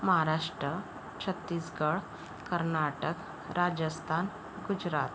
Maharashtra Chhattisgarh Karnataka Rajasthan Gujarat